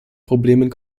problemen